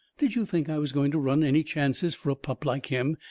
did you think i was going to run any chances for a pup like him?